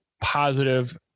positive